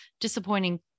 disappointing